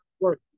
work